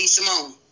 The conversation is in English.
Simone